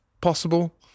possible